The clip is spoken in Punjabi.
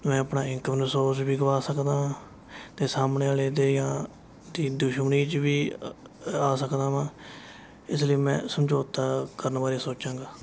ਮੈਂ ਆਪਣਾ ਇੰਨਕਮ ਸੋਰਸ ਵੀ ਗਵਾ ਸਕਦਾ ਅਤੇ ਸਾਹਮਣੇ ਵਾਲੇ ਦੇ ਜਾਂ ਦੀ ਦੁਸ਼ਮਣੀ 'ਚ ਵੀ ਆ ਸਕਦਾ ਵਾ ਇਸ ਲਈ ਮੈਂ ਸਮਝੌਤਾ ਕਰਨ ਬਾਰੇ ਸੋਚਾਂਗਾ